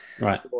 Right